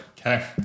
okay